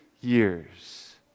years